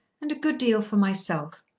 and a good deal for myself.